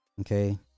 Okay